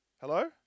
Hello